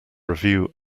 review